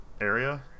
area